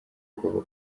kuva